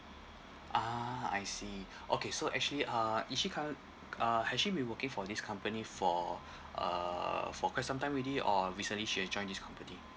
ah I see okay so actually uh is she curre~ uh has she been working for this company for uh for quite some time already or recently she had joined this company